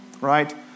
right